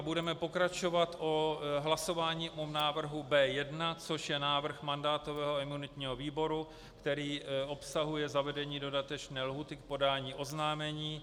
Budeme pokračovat hlasováním o návrhu B1, což je návrh mandátového a imunitního výboru, který obsahuje zavedení dodatečné lhůty k podání oznámení.